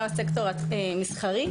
גם לסקטור המסחרי.